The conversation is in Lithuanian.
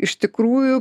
iš tikrųjų